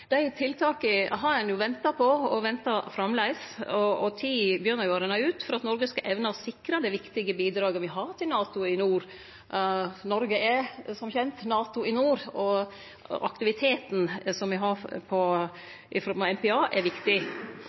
Dei tiltaka har ein venta på, og ventar framleis på, og tida begynner å renne ut for at Noreg skal evne å sikre det viktige bidraget me har til NATO i nord. Noreg er som kjent NATO i nord, og aktiviteten som me har med MPA, er viktig. Når me ser både kostnadssprekk og forseinking av